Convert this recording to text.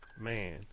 Man